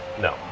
No